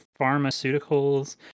pharmaceuticals